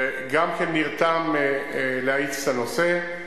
שגם כן נרתם להאיץ את הנושא.